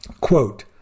Quote